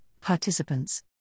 Participants